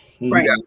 Right